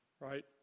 right